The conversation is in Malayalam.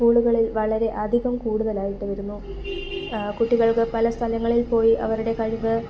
സ്കൂളുകളിൽ വളരെ അധികം കൂടുതലായിട്ട് വരുന്നു കുട്ടികൾക്ക് പലസ്ഥലങ്ങളിൽ പോയി അവരുടെ കഴിവ്